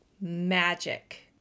magic